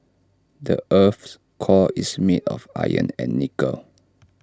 the Earth's core is made of iron and nickel